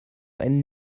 ein